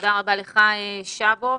תודה רבה לך, שבו.